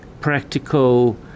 practical